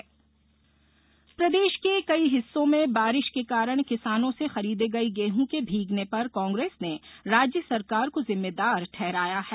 कांग्रेस आरोप प्रदेश के कई हिस्सों में बारिश के कारण किसानों से खरीदे गए गेहूं के भीगने पर कांग्रेस ने राज्य सरकार को जिम्मेदार ठहराया है